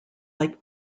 like